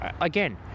Again